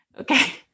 Okay